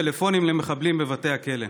מעבירים פלאפונים למחבלים בבתי הכלא.